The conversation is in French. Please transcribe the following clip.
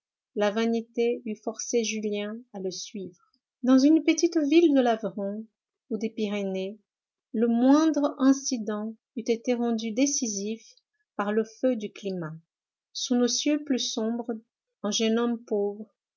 la vanité eût forcé julien à le suivre dans une petite ville de l'aveyron ou des pyrénées le moindre incident eût été rendu décisif par le feu du climat sous nos cieux plus sombres un jeune homme pauvre